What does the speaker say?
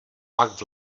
pak